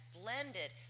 blended